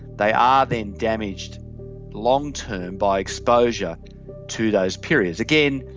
they are then damaged long-term by exposure to those periods. again,